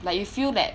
like you feel that